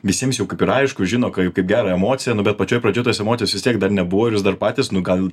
visiems jau kaip ir aišku žino ką kaip gerą emociją nu bet pačioj pradžioj tos emocijos vis tiek dar nebuvo ir jūs dar patys nu gal